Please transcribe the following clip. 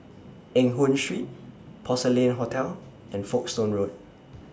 Eng Hoon Street Porcelain Hotel and Folkestone Road